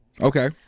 Okay